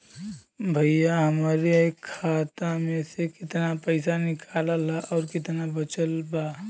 भईया हमरे खाता मे से कितना पइसा निकालल ह अउर कितना बचल बा?